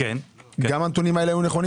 גם אלה היו הנתונים?